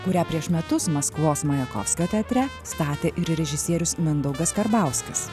kurią prieš metus maskvos majakovskio teatre statė ir režisierius mindaugas karbauskis